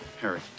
harry